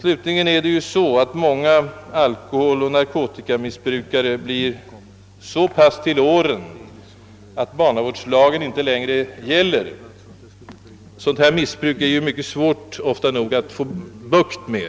Hur förhåller det sig vidare beträffande narkotikamissbrukarna när de nått sådan ålder att barnavårdslagen inte längre är tillämplig? Sådant här missbruk är ju ofta mycket svårt att få bukt med.